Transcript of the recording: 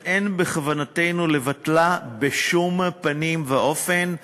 ואין בכוונתנו לבטלה בשום פנים ואופן.